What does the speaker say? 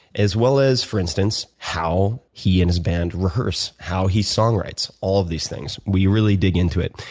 as well as for instance, how he and his band rehearse, how he song writes, all of these things. we really dig into it.